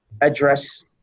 address